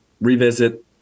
revisit